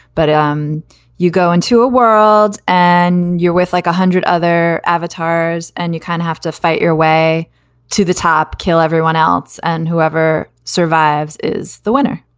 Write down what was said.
but um you go into a world and you're with like one hundred other avatars and you kind of have to fight your way to the top, kill everyone else. and whoever survives is the winner.